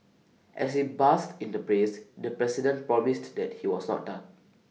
as he basked in the praise the president promised that he was not done